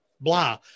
blah